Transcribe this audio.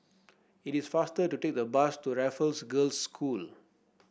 it is faster to take the bus to Raffles Girls' School